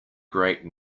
great